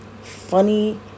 funny